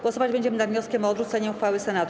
Głosować będziemy nad wnioskiem o odrzucenie uchwały Senatu.